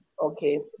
Okay